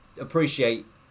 appreciate